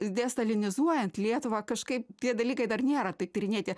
destalinizuojant lietuvą kažkaip tie dalykai dar nėra taip tyrinėti